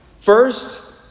First